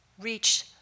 Reach